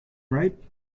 ripe